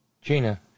Gina